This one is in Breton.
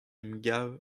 emgav